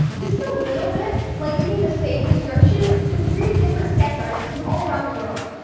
this is a little bit like giving the same description to three different sketch artists from all around the world.